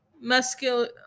muscular